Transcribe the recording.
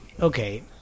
Okay